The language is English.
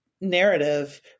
narrative